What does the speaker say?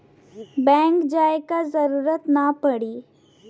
bank जाये क जरूरत ना पड़ी